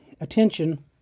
attention